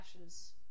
ashes